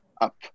up